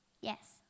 Yes